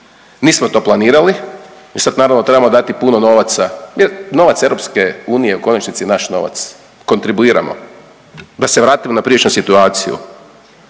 nismo to planirali i sad naravno trebamo dati puno novaca jer novac EU je u konačnici naš novac, kontribuiramo. Da se vratim na prijašnju situaciju,